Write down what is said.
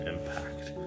Impact